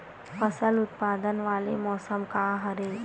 फसल उत्पादन वाले मौसम का हरे?